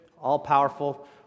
all-powerful